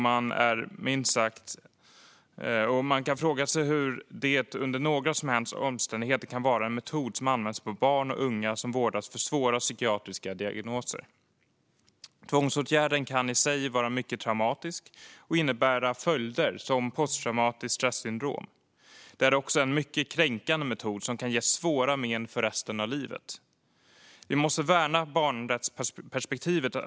Man kan fråga sig hur det under några som helst omständigheter kan vara en metod som används på barn och unga som vårdas för svåra psykiatriska diagnoser. Tvångsåtgärden kan i sig vara mycket traumatisk och innebära följder som posttraumatiskt stressyndrom. Det är också en mycket kränkande metod som kan ge svåra men för resten av livet. Vi måste värna barnrättsperspektivet.